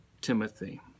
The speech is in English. Timothy